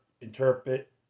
interpret